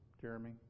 Jeremy